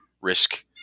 risk